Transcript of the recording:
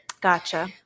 Gotcha